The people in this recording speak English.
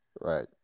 Right